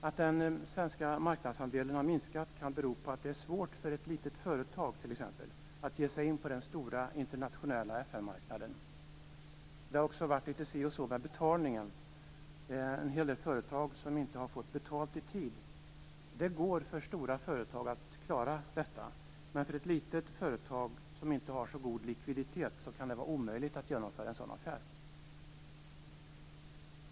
Att den svenska marknadsandelen har minskat kan bero på att det är svårt för ett litet företag, t.ex., att ge sig in på den stora internationella FN-marknaden. Det har också varit litet si och så med betalningen. Det är en hel del företag som inte har fått betalt i tid. Det går att klara för stora företag, men för ett litet företag som inte har så god likviditet kan det vara omöjligt att genomföra en sådan affär.